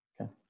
Okay